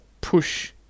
push